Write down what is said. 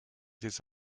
des